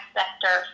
sector